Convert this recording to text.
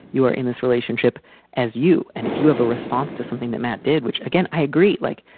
you are in this relationship as you. and if you have a response to something that matt did, which again, i agree, like.